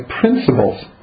principles